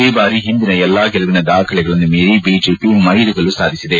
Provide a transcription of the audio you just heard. ಈ ಬಾರಿ ಹಿಂದಿನ ಎಲ್ಲಾ ಗೆಲುವಿನ ದಾಖಲೆಗಳನ್ನು ಮೀರಿ ಬಿಜೆಪಿ ಮೈಲಿಗಲ್ಲು ಸಾಧಿಸಿದೆ